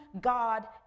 God